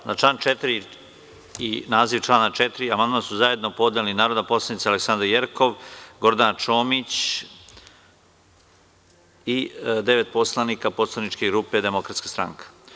Na naziv člana 4. i član 4. amandman su zajedno podneli narodni poslanici Balša Božović, Aleksandra Jerkov, Gordana Čomić i osam poslanika poslaničke grupe Demokratska stranka.